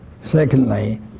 Secondly